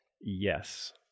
Yes